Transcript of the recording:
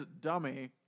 dummy